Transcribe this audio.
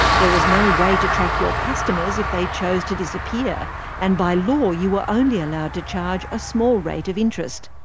there was no way to track your customers if they chose to disappear and by law you were only allowed to charge a small rate of interest.